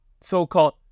so-called